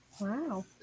Wow